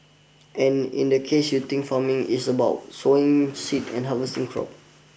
and in the case you think farming is about sowing seed and harvesting crop